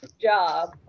job